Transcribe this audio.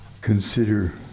consider